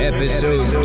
Episode